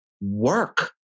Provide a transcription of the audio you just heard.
work